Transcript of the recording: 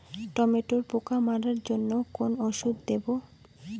টমেটোর পোকা মারার জন্য কোন ওষুধ দেব?